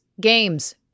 games